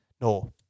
No